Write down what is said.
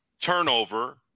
turnover